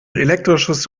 elektrisches